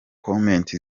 comments